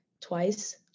twice